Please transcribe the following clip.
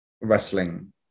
wrestling